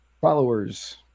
followers